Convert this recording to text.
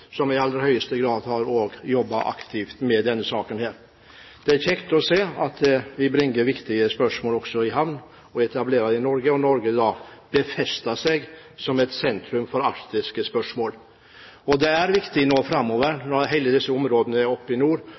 som i aller høyeste grad har jobbet aktivt med denne saken. Det er kjekt å se at vi bringer viktige spørsmål i havn og etablerer i Norge, og at Norge befester seg som et sentrum for arktiske spørsmål. Det er viktig nå framover når alle disse områdene i nord